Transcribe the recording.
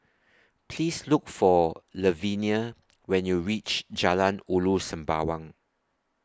Please Look For Lavenia when YOU REACH Jalan Ulu Sembawang